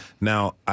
Now